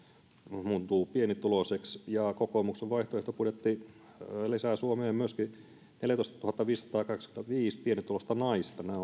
muuntuu pienituloiseksi kokoomuksen vaihtoehtobudjetti lisää suomeen myöskin neljätoistatuhattaviisisataakahdeksankymmentäviisi pienituloista naista nämä